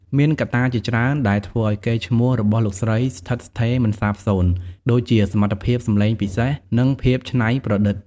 មានកត្តាជាច្រើនដែលធ្វើឱ្យកេរ្តិ៍ឈ្មោះរបស់លោកស្រីស្ថិតស្ថេរមិនសាបសូន្យ ដូចជា សមត្ថភាពសម្លេងពិសេស និងភាពច្នៃប្រឌិត។